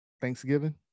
Thanksgiving